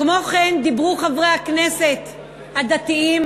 כמו כן, חברי הכנסת הדתיים